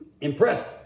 impressed